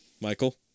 Michael